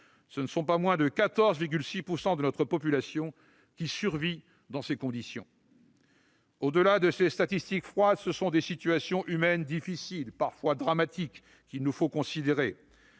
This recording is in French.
... Pas moins de 14,6 % de la population survit dans ces conditions. Au-delà des statistiques froides, ce sont des situations humaines difficiles, parfois dramatiques, qu'il nous faut considérer.